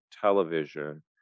television